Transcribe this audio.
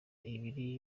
ibiri